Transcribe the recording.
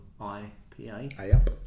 IPA